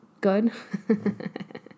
good